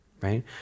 right